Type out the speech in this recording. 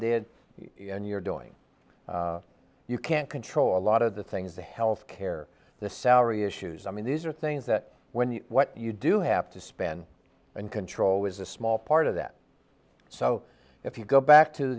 did and you're doing you can't control a lot of the things the health care the salary issues i mean these are things that when what you do have to spend and control is a small part of that so if you go back to